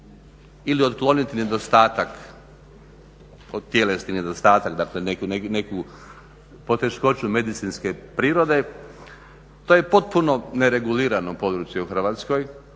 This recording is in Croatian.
ili otkloniti nedostatak, tjelesni nedostatak. Dakle, neku poteškoću medicinske prirode. To je potpuno neregulirano područje u Hrvatskoj,